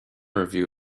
review